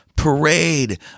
parade